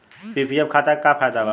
PPF खाता के का फायदा बा?